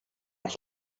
das